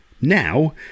Now